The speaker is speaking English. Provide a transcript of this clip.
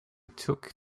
took